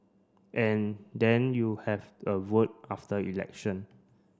and then you have a vote after election